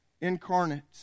incarnate